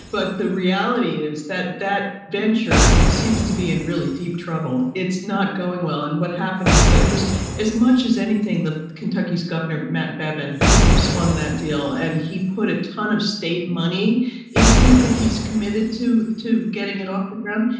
but the reality is that that venture seems to be in really deep trouble. it's not going well. and what happened was that it was as much as anything the kentucky's governor, matt bevin, who swung that deal and he put a ton of state money into it that he's committed to to getting it off the ground.